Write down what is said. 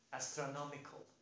astronomical